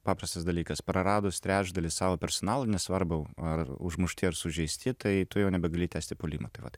paprastas dalykas praradus trečdalį savo personalo nesvarbu ar užmušti ar sužeisti tai tu jau nebegali tęsti puolimo tai vat